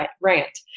rant